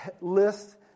list